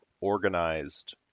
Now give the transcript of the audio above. organized